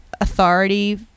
authority